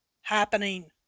happening